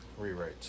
rewrites